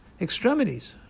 extremities